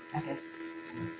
i guess,